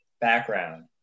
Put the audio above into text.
background